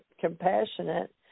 compassionate